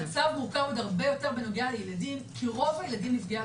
המצב מורכב עוד הרבה יותר בנוגע לילדים כי רוב הילדים נפגעי